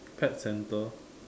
pet center